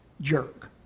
jerk